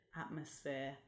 atmosphere